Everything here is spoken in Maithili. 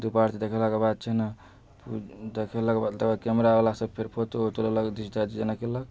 धूप आरती देखेलाके बाद छै ने देखेलाके बाद तेकर बाद कैमरा बला सब फेर फोटो तोटो लेलक